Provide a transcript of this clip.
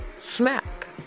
smack